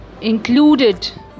included